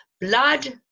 Blood